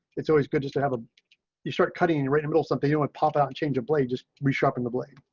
it's always good just to have ah you start cutting and written middle something you would pop out change a blade just we sharpen the blade.